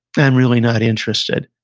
i'm really not interested.